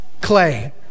clay